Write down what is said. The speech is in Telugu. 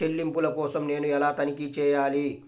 చెల్లింపుల కోసం నేను ఎలా తనిఖీ చేయాలి?